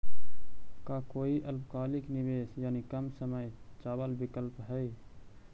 का कोई अल्पकालिक निवेश यानी कम समय चावल विकल्प हई?